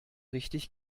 richtig